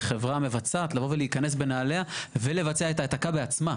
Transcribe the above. לחברה המבצעת לבוא ולהיכנס בנעליה ולבצע את העתקה בעצמה,